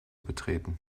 betreten